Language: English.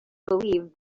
believed